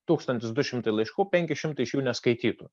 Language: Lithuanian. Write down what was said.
tūkstantis du šimtai laiškų penki šimtai iš jų neskaitytų